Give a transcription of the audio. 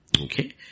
Okay